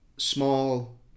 Small